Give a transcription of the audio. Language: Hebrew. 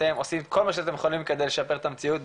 אתם עושים כל מה שאתם יכולים כדי לשפר את המציאות,